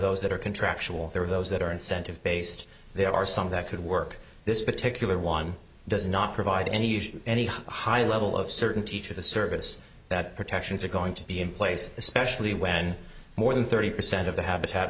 those that are contractual there are those that are incentive based there are some that could work this particular one does not provide any any high level of certainty to the service that protections are going to be in place especially when more than thirty percent of the habitat